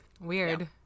Weird